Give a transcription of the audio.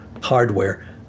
hardware